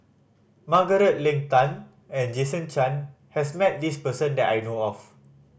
Margaret Leng Tan and Jason Chan has met this person that I know of